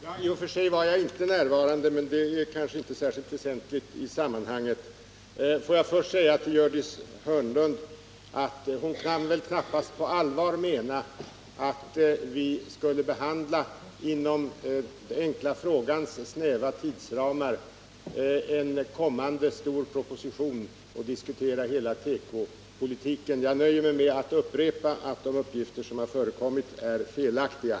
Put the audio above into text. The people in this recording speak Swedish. Herr talman! I och för sig var jag inte närvarande vid det tillfället, men det är kanske inte särskilt väsentligt i sammanhanget. Jag vill först säga till Gördis Hörnlund att hon väl knappast på allvar kan mena, att vi inom frågeinstitutets snäva tidsramar skulle behandla en kommande stor proposition och diskutera tekopolitiken i dess helhet. Jag nöjer mig med att upprepa att de uppgifter som har förekommit är felaktiga.